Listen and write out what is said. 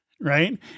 Right